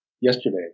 yesterday